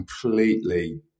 completely